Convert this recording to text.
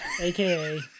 aka